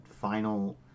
final